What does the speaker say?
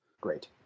Great